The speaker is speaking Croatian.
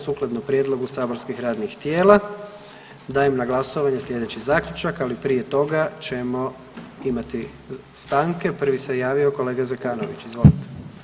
Sukladno prijedlogu saborskih radnih tijela dajem na glasovanje slijedeći zaključak, ali prije toga ćemo imati stanke, prvi se javio kolega Zekanović, izvolite.